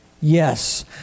Yes